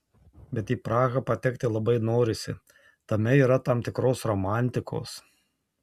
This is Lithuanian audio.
bet į prahą patekti labai norisi tame yra tam tikros romantikos